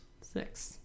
six